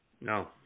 no